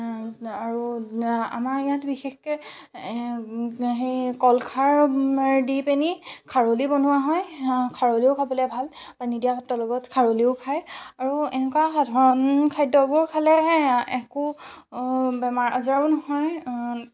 আৰু আমাৰ ইয়াত বিশেষকৈ এই সেই কলখাৰৰ দি পেনি খাৰলি বনোৱা হয় খাৰলিও খাবলৈ ভাল পানী দিয়া ভাতৰ লগৰ খাৰলিও খাই আৰু এনেকুৱা সাধাৰণ খাদ্যবোৰ খালে একো বেমাৰ আজাৰো নহয়